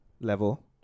level